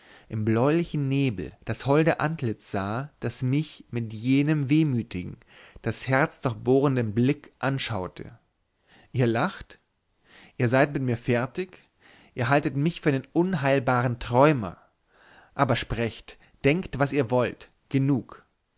im bläulichen nebel das holde antlitz sah das mich mit jenem wehmütigem das herz durchbohrendem blick anschaute ihr lacht ihr seid mit mir fertig ihr haltet mich für einen unheilbaren träumer aber sprecht denkt was ihr wollt genug